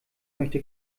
möchte